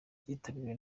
kitabiriwe